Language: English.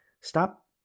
stop